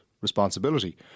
responsibility